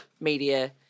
media